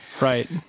right